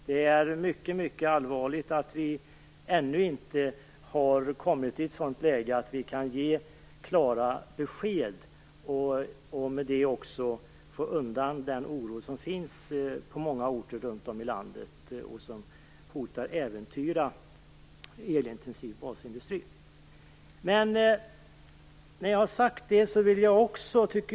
Det är mycket, mycket allvarligt att vi ännu inte kan ge klara besked och därmed också få undan den oro som finns på många orter runt om i landet, där elintensiv basindustrin är hotad.